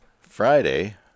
friday